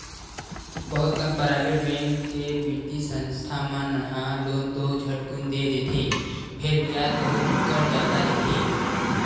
बहुत कन private bank के बित्तीय संस्था मन ह लोन तो झटकुन दे देथे फेर बियाज घलो बिकट जादा लेथे